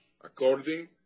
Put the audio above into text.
According